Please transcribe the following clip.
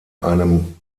einem